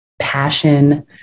passion